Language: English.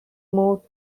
moved